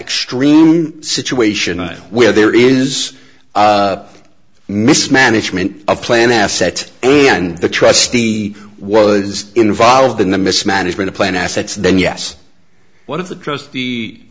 extreme situation where there is mismanagement a plan asset and the trustee was involved in the mismanagement plan assets then yes one of the trust